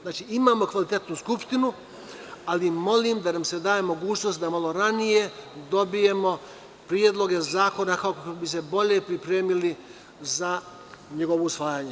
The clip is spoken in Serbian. Znači, imamo kvalitetnu Skupštinu, ali molim da nam se da mogućnost da malo ranije dobijemo predloge zakona, kako bi se bolje pripremili za njihovo usvajanje.